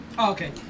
okay